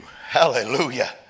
Hallelujah